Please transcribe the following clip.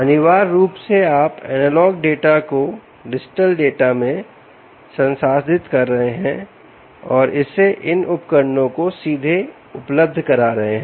अनिवार्य रूप से आप एनालॉग डाटा को डिजिटल डाटा में संसाधित कर रहे हैं और इसे इन उपकरणों को सीधे उपलब्ध करा रहे हैं